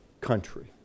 country